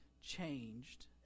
changed